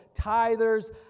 tithers